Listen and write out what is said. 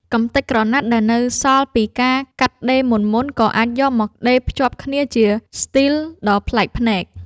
កម្ទេចក្រណាត់ដែលនៅសល់ពីការកាត់ដេរមុនៗ ក៏អាចយកមកដេរភ្ជាប់គ្នាជាស្ទីលដ៏ប្លែកភ្នែក។